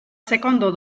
secondo